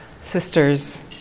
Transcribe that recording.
sisters